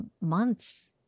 months